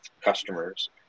customers